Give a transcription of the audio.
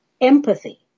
empathy